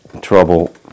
trouble